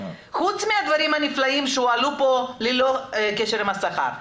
חוץ מהדברים הנפלאים שהועלו פה שהם ללא קשר לשכר,